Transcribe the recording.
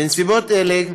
בנסיבות אלה,